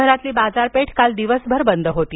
शहरातील बाजारपेठ काल दिवसभर बंद होती